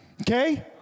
Okay